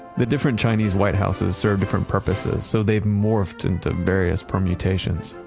the different chinese white houses serve different purposes. so they have morphed into various permutations.